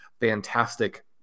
fantastic